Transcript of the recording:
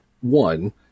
One